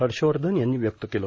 हर्षवर्धन यांनी व्यक्त केलं